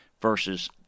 versus